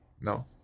No